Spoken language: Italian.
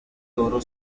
loro